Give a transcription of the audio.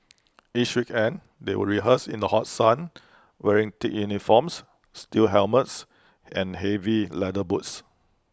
each weekend they would rehearse in the hot sun wearing thick uniforms steel helmets and heavy leather boots